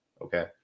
Okay